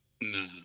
nah